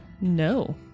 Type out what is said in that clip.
No